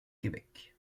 québec